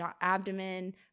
abdomen